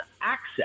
access